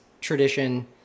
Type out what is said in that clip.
tradition